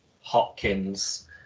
Hopkins